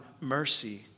mercy